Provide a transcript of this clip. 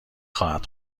خواهد